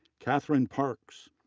catherine parks,